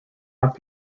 not